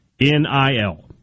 NIL